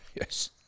Yes